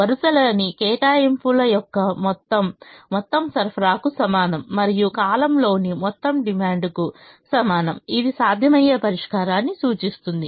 వరుసలోని కేటాయింపుల యొక్క మొత్తం మొత్తం సరఫరాకు సమానం మరియు కాలమ్లోని మొత్తం డిమాండ్కు సమానం ఇది సాధ్యమయ్యే పరిష్కారాన్ని సూచిస్తుంది